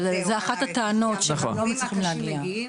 אבל זה אחת הטענות שאנחנו לא מצליחים להגיע.